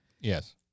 Yes